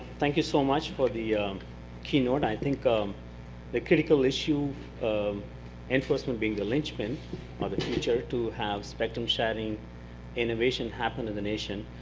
thank you so much for the um keynote. i think um the critical issue of enforcement being the linchpin of the future to have spectrum sharing innovation happen in the nation,